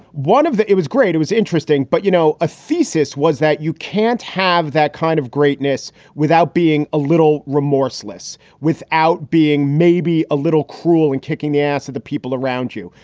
one of it was great. it was interesting. but, you know, a thesis was that you can't have that kind of greatness without being a little remorseless, without being maybe a little cruel and kicking the ass of the people around you.